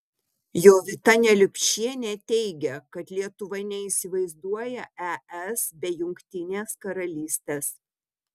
jovita neliupšienė teigia kad lietuva neįsivaizduoja es be jungtinės karalystės